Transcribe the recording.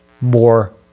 more